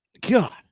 God